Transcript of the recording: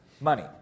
money